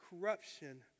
corruption